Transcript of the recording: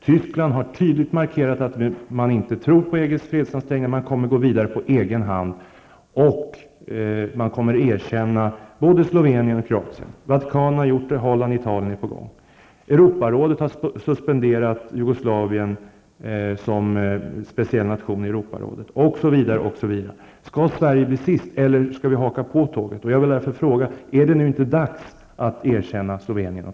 Tyskland har tydligt markerat att man inte tror på EGs fredsansträngningar, utan man kommer att gå vidare på egen hand och man kommer att erkänna både Slovenien och Kroatien. Vatikanen har gjort det, och Holland och Italien är på gång. Europarådet har suspenderat Jugoslavien som speciell nation i Europarådet, osv. Skall Sverige bli sist, eller skall vi haka på tåget? Är det inte dags att nu erkänna Slovenien och